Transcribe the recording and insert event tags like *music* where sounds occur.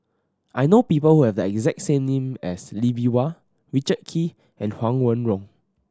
I know people who have the exact *unintelligible* as Lee Bee Wah Richard Kee and Huang Wenhong